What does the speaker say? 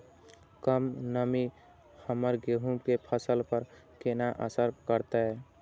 कम नमी हमर गेहूँ के फसल पर केना असर करतय?